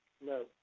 No